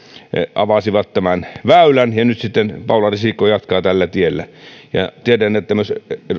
avasivat tämän väylän ja nyt sitten paula risikko jatkaa tällä tiellä tiedän että myös